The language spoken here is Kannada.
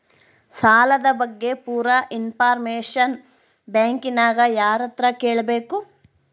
ಸಾಲದ ಬಗ್ಗೆ ಪೂರ ಇಂಫಾರ್ಮೇಷನ ಬ್ಯಾಂಕಿನ್ಯಾಗ ಯಾರತ್ರ ಕೇಳಬೇಕು?